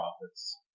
profits